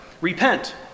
Repent